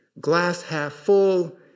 glass-half-full